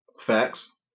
Facts